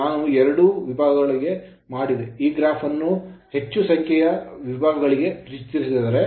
ನಾನು ಎರಡು ವಿಭಾಗಗಳಿಗೆ ಮಾಡಿದೆ ಈ ಗ್ರಾಫ್ ಅನ್ನು ಹೆಚ್ಚು ಸಂಖ್ಯೆಯ ವಿಭಾಗಗಳಿಗೆ ಚಿತ್ರಿಸಿದರೆ